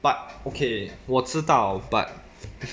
but okay 我知道 but